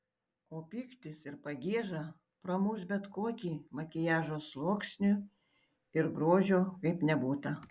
o pyktis ir pagieža pramuš bet kokį makiažo sluoksnį ir grožio kaip nebūta